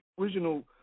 original